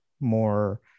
more